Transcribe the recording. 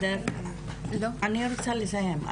בסדר, אני רוצה לסיים.